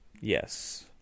Yes